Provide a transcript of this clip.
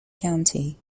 county